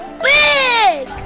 big